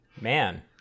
Man